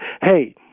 hey